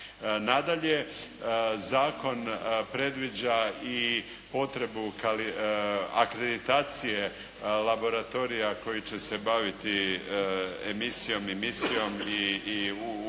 Nadalje, zakon predviđa i potrebu akreditacije laboratorija koji će se baviti emisijom i ispitivanjem